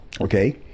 Okay